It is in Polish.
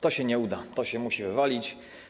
To się nie uda, to się musi wywalić.